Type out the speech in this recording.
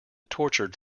tortured